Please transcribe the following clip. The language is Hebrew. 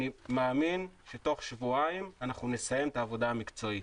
אני מאמין שתוך שבועיים נסיים את העבודה המקצועית.